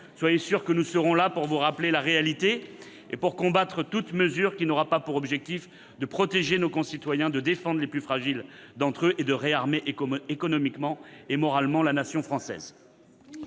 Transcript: Soyez sûr que nous serons là pour vous rappeler la réalité et pour combattre toute mesure qui n'aura pas pour objectif de protéger nos concitoyens, de défendre les plus fragiles d'entre eux et de réarmer économiquement et moralement la nation française.